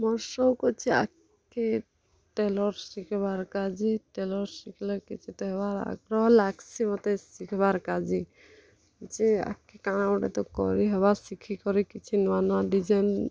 ମୋର୍ ସଉକ୍ ଅଛେ ଆଗ୍ କେ ଟେଲର୍ ଶିଖବାର୍ କା'ଯେ ଟେଲର୍ ଶିଖ୍ଲେ କିଛି ଗୁଟେ ହେବା ଆଗ୍ରହ ଲାଗ୍ସି ମତେ ଶିଖବାର୍ କା'ଯେ ଯେ ଆଗ୍ କେ କା'ଣା ଗୁଟେ ତ କରିହେବା ଶିଖିକରି କିଛି ନୁଆଁ ନୁଆଁ ଡ଼ିଜାଇନ୍